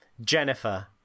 Jennifer